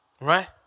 Right